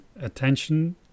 attention